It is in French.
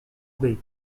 bay